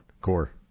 Core